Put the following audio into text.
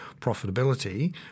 profitability